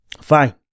Fine